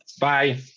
Bye